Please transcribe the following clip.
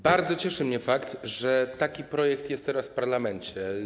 Bardzo cieszy mnie fakt, że taki projekt jest teraz w parlamencie.